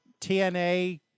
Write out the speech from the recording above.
TNA